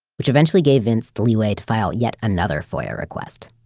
which eventually gave vince the leeway to file yet another foia request.